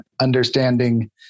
understanding